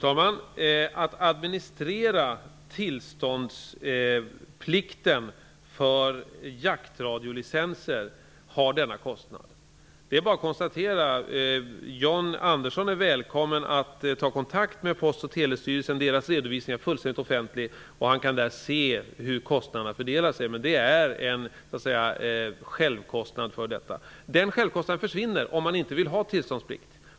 Fru talman! Administrationen av tillståndsplikten för jaktradiolicenser drar denna kostnad. Det är bara att konstatera. John Andersson är välkommen att ta kontakt med Post och telestyrelsen; dess redovisning är fullständigt offentlig. John Andersson kan då se hur kostnaderna fördelar sig. Detta drar en självkostnad. Den kostnaden försvinner emellertid om man inte vill ha apparat med tillståndsplikt.